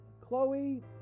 Chloe